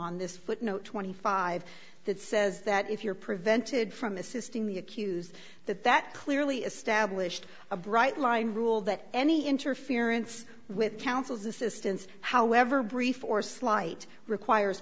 on this footnote twenty five that says that if you're prevented from assisting the accused that that clearly established a bright line rule that any interference with counsel's assistance however brief or slight requires